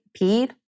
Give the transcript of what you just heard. peed